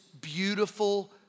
beautiful